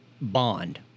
Bond